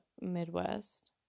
Midwest